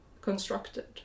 constructed